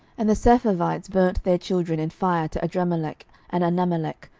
and the sepharvites burnt their children in fire to adrammelech and anammelech,